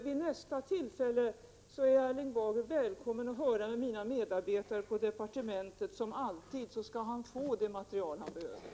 Vid nästa tillfälle är Erling Bager välkommen — som alltid — att höra med mina medarbetare på departementet, så skall han få det material han behöver.